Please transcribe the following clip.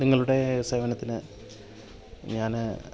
നിങ്ങളുടെ സേവനത്തിന് ഞാൻ